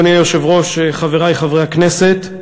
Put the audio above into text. אדוני היושב-ראש, חברי חברי הכנסת,